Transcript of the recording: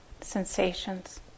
sensations